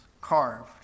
carved